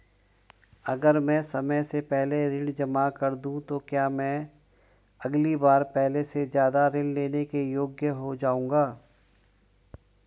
अगर मैं समय से पहले ऋण जमा कर दूं तो क्या मैं अगली बार पहले से ज़्यादा ऋण लेने के योग्य हो जाऊँगा?